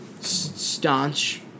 staunch